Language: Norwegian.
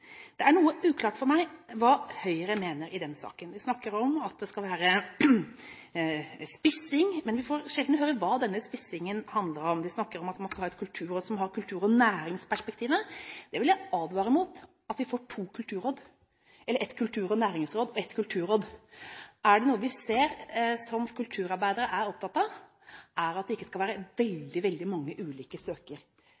Det er noe uklart for meg hva Høyre mener i den saken. De snakker om at det skal være spissing, men vi får sjelden høre hva denne spissingen handler om. De snakker om at man skal ha et kulturråd som har kultur- og næringsperspektivet. Jeg vil advare mot at vi får to kulturråd – et kultur- og næringsråd og et kulturråd. Er det noe vi ser at kulturarbeidere er opptatt av, så er det at det ikke skal være